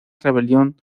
rebelión